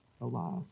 alive